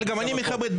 גם אני מכבד.